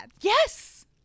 Yes